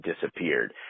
disappeared